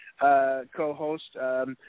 co-host